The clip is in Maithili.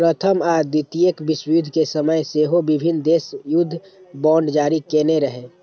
प्रथम आ द्वितीय विश्वयुद्ध के समय सेहो विभिन्न देश युद्ध बांड जारी केने रहै